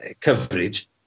coverage